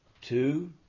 Two